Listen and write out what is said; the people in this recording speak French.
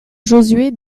josué